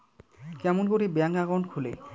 কেমন করি bank account খুলে?